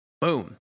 Boom